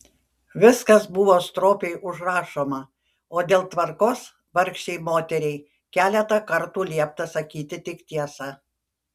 viskas buvo stropiai užrašoma o dėl tvarkos vargšei moteriai keletą kartų liepta sakyti tik tiesą